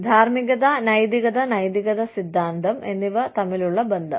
ധാർമ്മികത നൈതികത നൈതിക സിദ്ധാന്തം എന്നിവ തമ്മിലുള്ള ബന്ധം